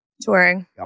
Touring